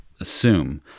assume